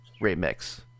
remix